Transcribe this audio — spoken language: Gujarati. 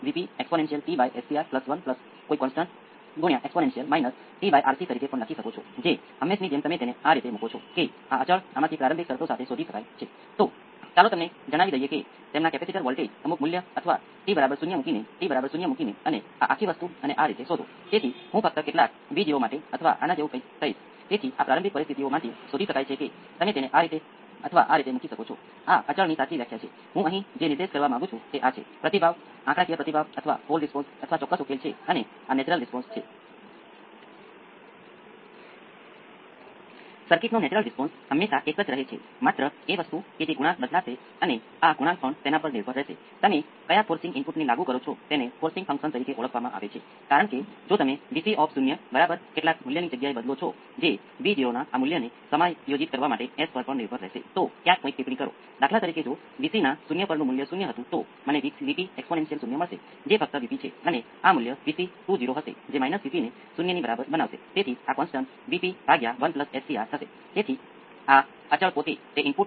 હવે જો હું p 1 અને p 2 ના સ્વરૂપને બદલીશ તો મારી પાસે pr × t jpi × t A 1 સંયોજક exponential pr × t minus jpi ×t હશે જે પ્રયોગાત્મક રીતે prt ને બહાર ફેક્ટર કર્યા પછી આપણી પાસે એક્સ્પોનેંસિયલ jpit A1 સંયુક્ત exponential p r t exponential minus j p i t હશે આ એક રીઅલ સંખ્યા એક્સ્પોનેંસિયલ prt છે અને અહીં બે પદ માટે સામાન્ય છે